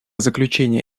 заключения